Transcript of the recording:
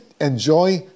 enjoy